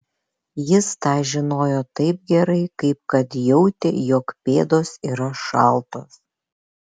jis tą žinojo taip gerai kaip kad jautė jog pėdos yra šaltos